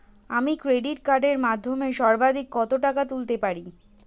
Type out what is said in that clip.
আমি ক্রেডিট কার্ডের মাধ্যমে সর্বাধিক কত টাকা তুলতে পারব?